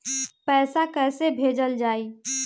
पैसा कैसे भेजल जाइ?